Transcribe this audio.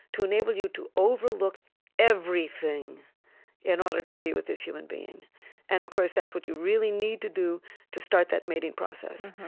to enable you to overlook everything in order to be with this human being and of course, that's what you really need to do to start that mating process,